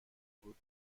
بود